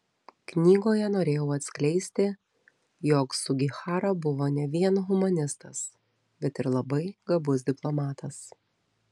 knygoje norėjau atskleisti jog sugihara buvo ne vien humanistas bet ir labai gabus diplomatas